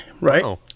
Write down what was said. Right